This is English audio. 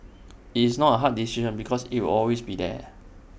it's not A hard decision because IT will always be there